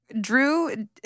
Drew